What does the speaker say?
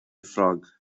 ffrog